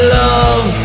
love